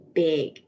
big